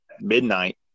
midnight